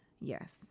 Yes